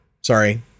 Sorry